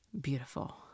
beautiful